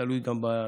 תלוי גם באכפתיות,